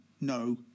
No